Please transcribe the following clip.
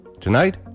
Tonight